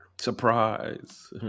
Surprise